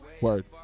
Word